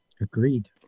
Agreed